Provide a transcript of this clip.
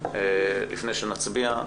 לפני שנצביע,